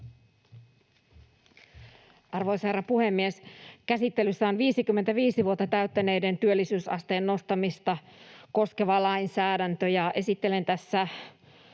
Arvoisa herra puhemies! Käsittelyssä on 55 vuotta täyttäneiden työllisyysasteen nostamista koskeva lainsäädäntö. Esittelen tässä